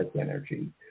energy